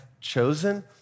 chosen